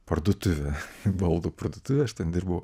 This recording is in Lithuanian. parduotuvė baldų parduotuvė aš ten dirbau